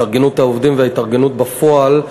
התארגנות עובדים, וההתארגנות בפועל,